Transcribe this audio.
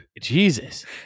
Jesus